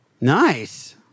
Nice